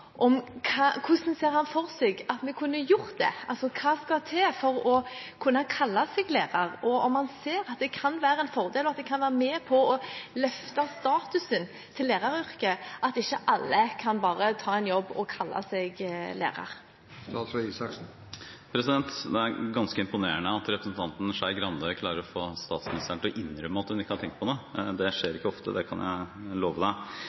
hvordan han ser for seg at vi kunne gjort det. Hva skal til for å kunne kalle seg lærer? Ser han at det kan være en fordel at det at ikke alle bare kan ta seg en jobb og kalle seg lærer, kan være med på å løfte læreryrkets status? Det er ganske imponerende at representanten Skei Grande klarer å få statsministeren til å innrømme at hun ikke har tenkt på noe. Det skjer ikke ofte, det kan jeg love.